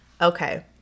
Okay